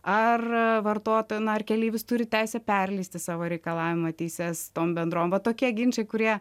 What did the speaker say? ar vartota na ar keleivis turi teisę perleisti savo reikalavimo teises tom bendrovėm va tokie ginčai kurie